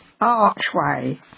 archway